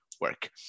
work